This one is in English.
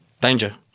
Danger